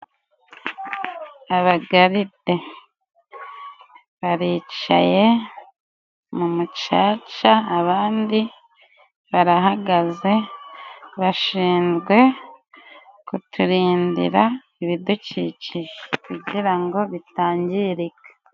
Abagaride baricaye mu mucaca ,abandi barahagaze bashinzwe kuturindira ibidukikije kugira ngo bitangirika.